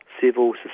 civil